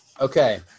Okay